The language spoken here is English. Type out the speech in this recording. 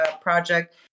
project